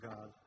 God